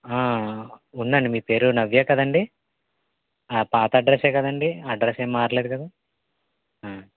ఉందండి మీ పేరు నవ్య కదండి పాత అడ్రెస్సే కదండి అడ్రెస్ ఏం మార్లేదు కదా